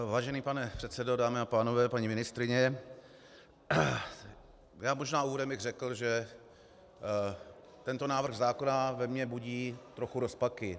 Vážený pane předsedo, dámy a pánové, paní ministryně, úvodem bych možná řekl, že tento návrh zákona ve mně budí trochu rozpaky.